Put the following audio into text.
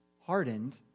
hardened